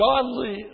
godly